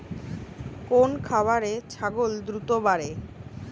কোন খাওয়ারে ছাগল দ্রুত বাড়ে?